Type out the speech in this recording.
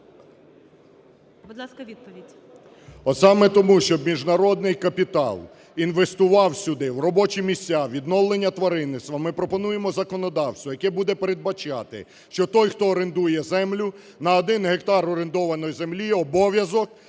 саме тому, щоб міжнародний капітал інвестував сюди в робочі місця, відновлення тваринництва, ми пропонуємо законодавство, яке буде передбачати, що той, хто орендує землю, на 1 гектар орендованої землі – обов'язок